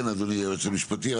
כן, אדוני היועץ המשפטי.